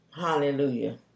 hallelujah